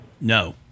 No